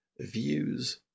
views